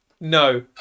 No